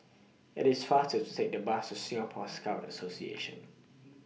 IT IS faster to Take The Bus to Singapore Scout Association